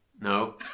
No